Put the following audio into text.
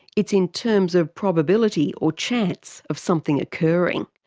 it is in terms of probability or chance of something occurring.